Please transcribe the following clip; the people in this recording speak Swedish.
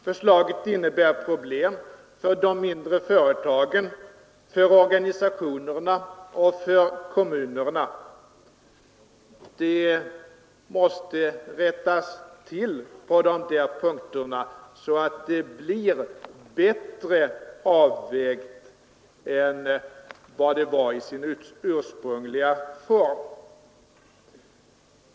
Förslaget innebär vidare problem för de mindre företagen, för organisationerna och för kommunerna. Det måste rättas till på dessa punkter så att det blir bättre avvägt än vad det var i sin ursprungliga form.